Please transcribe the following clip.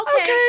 okay